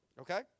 okay